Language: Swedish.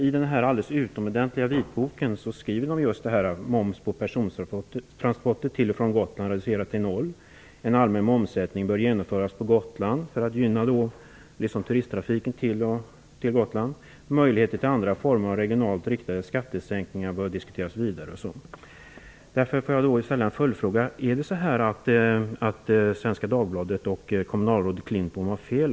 I den utomordentliga vitboken skrivs att moms på persontransporterna till och från Gotland bör reduceras till noll. En allmän momssänkning bör genomföras på Gotland, för att gynna turisttrafiken till Gotland. Det sägs också att möjligheterna till andra former av regionalt riktade skattesänkningar bör diskuteras vidare. Svenska Dagbladet och kommunalrådet Klintbom fel?